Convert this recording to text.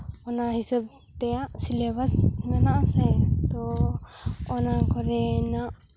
ᱚᱱᱟ ᱦᱤᱥᱟᱹᱵ ᱛᱮᱭᱟᱜ ᱥᱤᱞᱮᱵᱟᱥ ᱢᱮᱱᱟᱜ ᱟᱥᱮ ᱛᱳ ᱚᱱᱟ ᱠᱚᱨᱮᱱᱟᱜ